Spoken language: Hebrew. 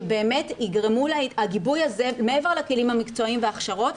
שבאמת הגיבוי הזה מעבר לכלים המקצועיים וההכשרות,